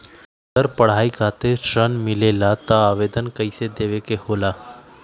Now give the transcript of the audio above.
अगर पढ़ाई खातीर ऋण मिले ला त आवेदन कईसे देवे के होला?